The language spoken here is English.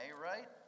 right